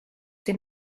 den